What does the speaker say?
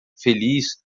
feliz